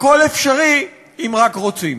הכול אפשרי, אם רק רוצים.